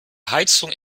heizung